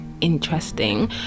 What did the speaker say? interesting